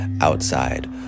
outside